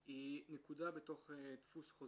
היא נקודה בתוך דפוס.